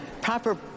proper